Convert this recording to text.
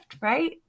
right